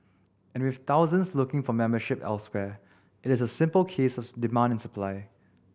and with thousands looking for membership elsewhere it is a simple case of demand and supply